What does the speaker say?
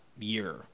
year